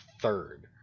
third